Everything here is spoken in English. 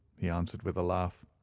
he answered with a laugh.